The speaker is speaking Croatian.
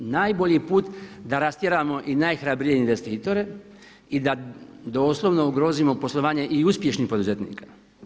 Najbolji put da rastjeramo i najhrabrije investitore i da doslovno ugrozimo poslovanje i uspješnih poduzetnika.